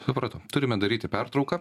supratau turime daryti pertrauką